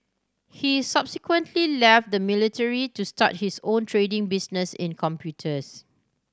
he subsequently left the military to start his own trading business in computers